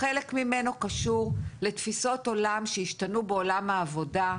חלק ממנו קשור לתפיסות עולם שהשתנו בעולם העבודה,